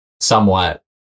somewhat